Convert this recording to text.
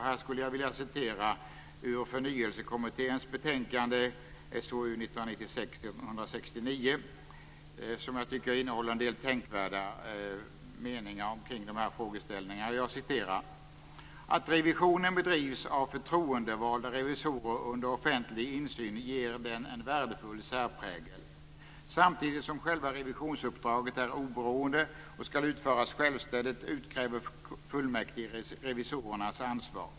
Här vill jag citera ur Förnyelsekommitténs betänkande SOU 1996:169, som jag tycker innehåller en del tänkvärda meningar kring dessa frågeställningar: "Att revisionen bedrivs av förtroendevalda revisorer under offentlig insyn ger den en värdefull särprägel. Samtidigt som själva revisionsuppdraget är oberoende och skall utföras självständigt, utkräver fullmäktige revisorernas ansvar.